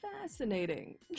fascinating